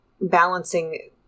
balancing